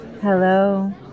Hello